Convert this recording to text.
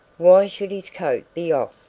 why should his coat be off,